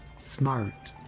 smart.